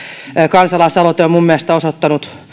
kansalaisaloite on minun mielestäni osoittanut